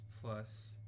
plus